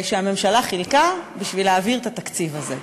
שהממשלה חילקה כדי להעביר את התקציב הזה.